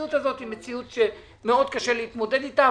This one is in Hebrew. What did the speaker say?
המציאות הזאת היא מציאות שמאוד קשה להתמודד אתה.